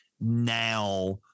now